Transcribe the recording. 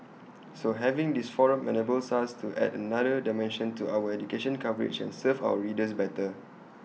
so having this forum enables us to add another dimension to our education coverage and serve our readers better